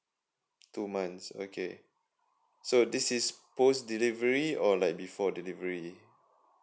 two months okay so this is post delivery or like before delivery